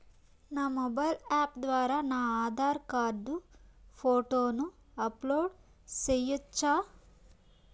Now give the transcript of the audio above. నా mobile app ద్వారా నా ఆధార్ కార్డు ఫోటోను అప్లోడ్ సేయొచ్చా?